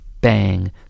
bang